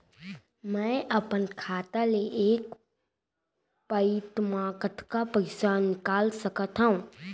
मैं अपन खाता ले एक पइत मा कतका पइसा निकाल सकत हव?